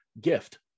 gift